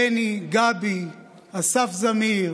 בני, גבי, אסף זמיר,